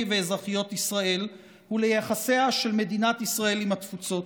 ואזרחיות ישראל וליחסיה של מדינת ישראל עם התפוצות.